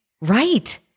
Right